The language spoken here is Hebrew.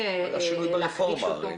עשו שינוי ברפורמה.